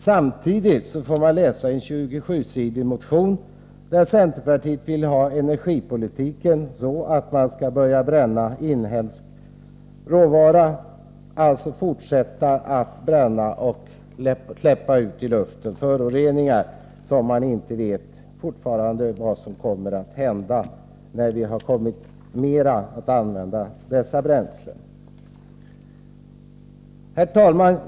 Samtidigt kan vi läsa i en motion på 27 sidor att centerpartiet vill ha energipolitiken på det sättet att man börjar bränna inhemsk råvara, dvs. fortsätta att bränna och släppa ut föroreningar i luften som man fortfarande inte vet vad det kommer att hända med, när vi använder dessa bränslen mer. Herr talman!